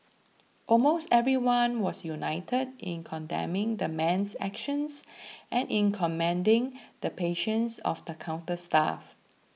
almost everyone was united in condemning the man's actions and in commending the patience of the counter staff